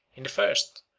in the first,